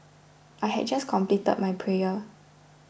I had just completed my prayer